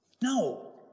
No